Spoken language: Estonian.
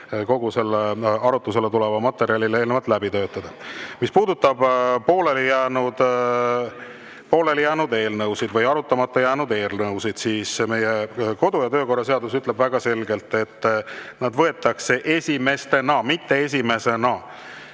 kogu selle arutlusele tuleva materjali läbi töötada. Mis puudutab pooleli jäänud eelnõusid ja arutamata jäänud eelnõusid, siis meie kodu- ja töökorra seadus ütleb väga selgelt, et need võetakse [päevakorda] esimestena.